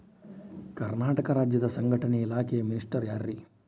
ಕರ್ನಾಟಕ ರಾಜ್ಯದ ಸಂಘಟನೆ ಇಲಾಖೆಯ ಮಿನಿಸ್ಟರ್ ಯಾರ್ರಿ?